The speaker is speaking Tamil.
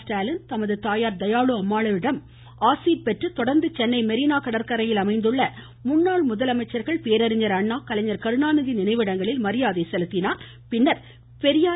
ஸ்டாலின் தமது தாயார் தயாளு அம்மாளுவிடம் ஆசிர் பெற்று தொடர்ந்து மெரினா கடற்கரையில் அமைந்துள்ள சென்னை முன்னாள் முதலமைச்சர்கள் பேரறிஞர் அண்ணா கலைஞர் கருணாநிதி நினைவிடங்களில் மரியாதை செலுத்தினார்